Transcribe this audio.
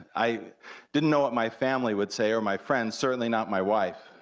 i didn't know what my family would say, or my friends, certainly not my wife,